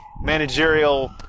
managerial